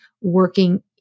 working